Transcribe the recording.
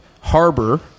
Harbor